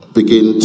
begin